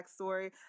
backstory